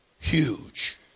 huge